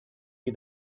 you